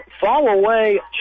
fall-away